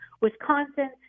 Wisconsin